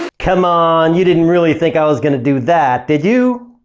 c'mon! you didn't really think i was going to do that, did you?